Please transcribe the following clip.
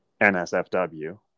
NSFW